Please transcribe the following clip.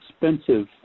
expensive